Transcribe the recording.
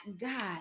God